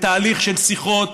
בתהליך של שיחות,